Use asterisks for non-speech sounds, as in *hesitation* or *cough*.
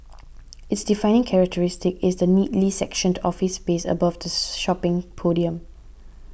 its defining characteristic is the neatly sectioned office space above the *hesitation* shopping podium